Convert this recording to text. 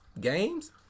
games